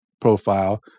profile